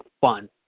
fun